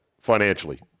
financially